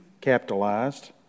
capitalized